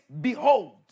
behold